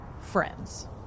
friends